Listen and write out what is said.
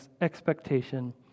expectation